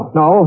no